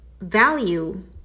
value